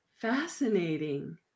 fascinating